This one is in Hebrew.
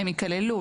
הם יכללו.